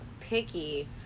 picky